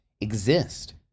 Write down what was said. exist